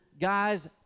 guys